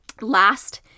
last